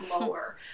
lower